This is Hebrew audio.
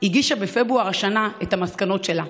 הגישה בפברואר השנה את המסקנות שלה,